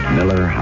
Miller